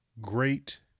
Great